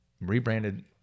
Rebranded